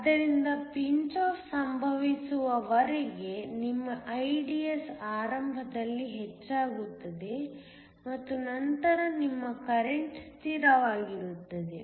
ಆದ್ದರಿಂದ pinch off ಸಂಭವಿಸುವವರೆಗೆ ನಿಮ್ಮ IDS ಆರಂಭದಲ್ಲಿ ಹೆಚ್ಚಾಗುತ್ತದೆ ಮತ್ತು ನಂತರ ನಿಮ್ಮ ಕರೆಂಟ್ ಸ್ಥಿರವಾಗಿರುತ್ತದೆ